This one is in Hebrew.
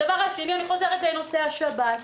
הדבר השני, אני חוזרת לנושא השבת.